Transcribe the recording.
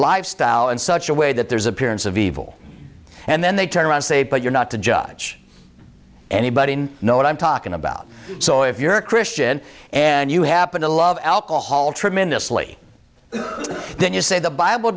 lifestyle in such a way that there's appearance of evil and then they turn around say but you're not to judge anybody know what i'm talking about so if you're a christian and you happen to love alcohol tremendously then you say the bible